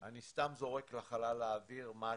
אני סתם זורק לחלל האוויר משהו,